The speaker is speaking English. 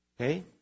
Okay